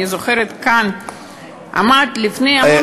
אני זוכרת שעמד כאן לפני המון,